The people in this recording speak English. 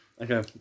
Okay